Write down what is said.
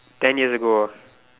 ten years ago